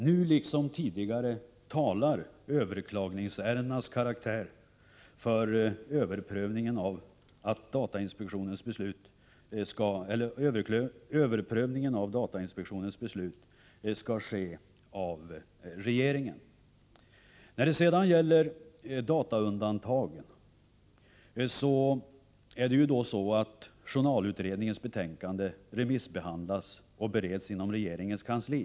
Nu liksom tidigare talar överklagningsärendenas karaktär för att överprövningen av datainspektionens beslut skall ske av regeringen. När det sedan gäller frågan om dataundantagen är det ju så att journalutredningens betänkande remissbehandlas och bereds inom regeringens kansli.